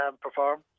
perform